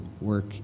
work